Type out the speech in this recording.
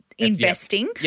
investing